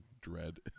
dread